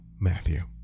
Matthew